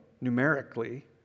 numerically